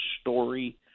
story